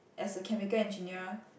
as a chemical engineer